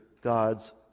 God's